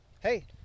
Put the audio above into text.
Hey